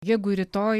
jeigu rytoj